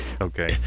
Okay